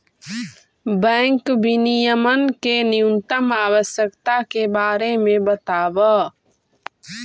bank विनियमन के न्यूनतम आवश्यकता के बारे में बतावऽ